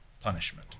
punishment